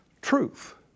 truth